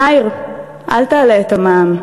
יאיר, אל תעלה את המע"מ,